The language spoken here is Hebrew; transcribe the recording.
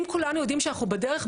אם כולנו יודעים שאנחנו בדרך,